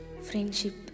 Friendship